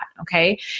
okay